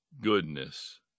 goodness